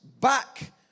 back